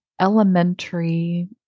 elementary